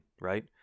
Right